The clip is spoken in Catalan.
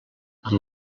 amb